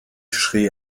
schrie